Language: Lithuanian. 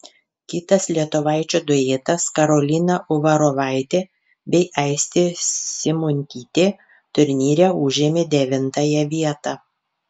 kitas lietuvaičių duetas karolina uvarovaitė bei aistė simuntytė turnyre užėmė devintąją vietą